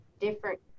different